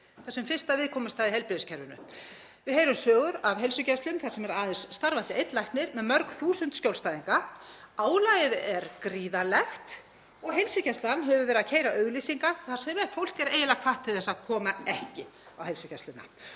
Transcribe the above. þessum fyrsta viðkomustað í heilbrigðiskerfinu. Við heyrum sögur af heilsugæslum þar sem er aðeins starfandi einn læknir með mörg þúsund skjólstæðinga. Álagið er gríðarlegt og heilsugæslan hefur verið að keyra auglýsingar þar sem fólk er eiginlega hvatt til þess að koma ekki á heilsugæsluna.